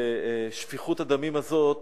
ושפיכות הדמים הזאת